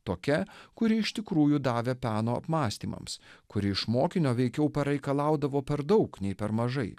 tokia kuri iš tikrųjų davė peno apmąstymams kuri iš mokinio veikiau pareikalaudavo per daug nei per mažai